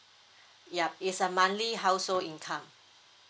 yup is a monthly household income